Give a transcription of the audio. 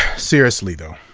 seriously though.